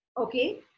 Okay